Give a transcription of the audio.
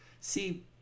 See